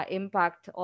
impact